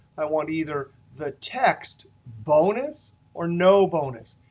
i want to either the text bonus or no bonus.